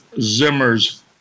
Zimmer's